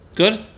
Good